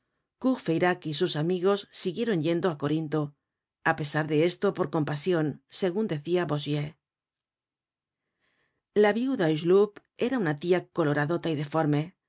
courfeyrac y sus amigos siguieron yendo á corinto á pesar de esto por compasion segun decia bossuet la viuda hucheloup era una tia coloradota y deforme